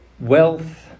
Wealth